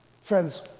Friends